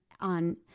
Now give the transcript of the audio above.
on